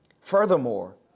furthermore